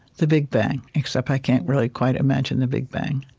the big bang, except i can't really quite imagine the big bang.